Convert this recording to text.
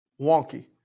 wonky